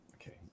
okay